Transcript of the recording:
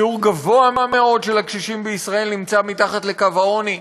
שיעור גבוה מאוד של הקשישים בישראל נמצאים מתחת לקו העוני,